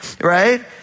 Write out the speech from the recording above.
Right